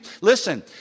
Listen